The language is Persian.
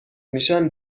میشن